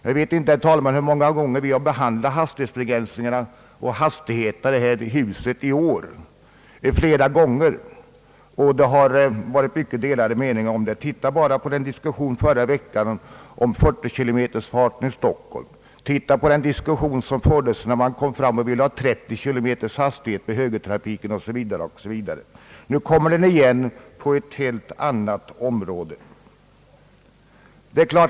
Jag vet inte, herr talman, hur många gånger vi har behandlat sådana frågor i år. Det är i alla fall flera gånger. Det har rått mycket delade meningar om hastighetsbegränsningarna. Se bara på diskussionen i förra veckan om 40-kilometersgränsen i Stockholm och andra städer. Se på den diskussion som hölls när man ville ha hastigheten 30 km/tim. i samband med övergången till högertrafik osv. Nu kommer diskussionen tillbaka på ett helt annat område.